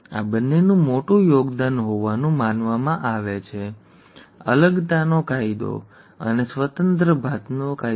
આ બંનેનું મોટું યોગદાન હોવાનું માનવામાં આવે છે અલગતાનો કાયદો અને સ્વતંત્ર ભાતનો કાયદો